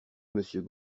monsieur